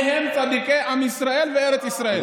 מי הם צדיקי עם ישראל וארץ ישראל.